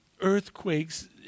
earthquakes